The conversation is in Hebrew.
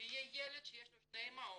יהיה ילד שיש לו שתי אימהות,